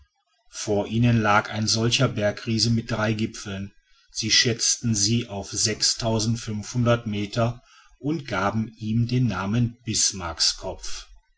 vor ihnen lag ein solcher bergriese mit drei gipfeln sie schätzten sie auf meter und gaben ihm den namen